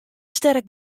sterk